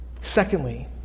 Secondly